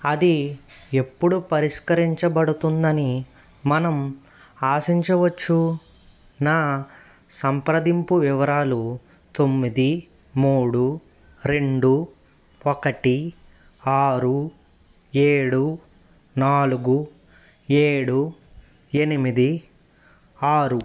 అది ఎప్పుడు పరిష్కరించబడుతుందని మనం ఆశించవచ్చు నా సంప్రదింపు వివరాలు తొమ్మిది మూడు రెండు ఒకటి ఆరు ఏడు నాలుగు ఏడు ఎనిమిది ఆరు